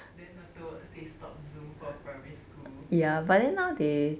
then afterwards they stop zoom for primary school ya but a